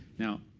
now,